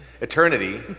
eternity